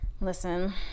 Listen